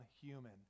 Human